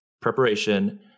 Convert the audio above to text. preparation